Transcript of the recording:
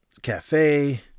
cafe